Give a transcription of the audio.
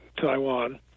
Taiwan